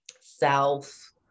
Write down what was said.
self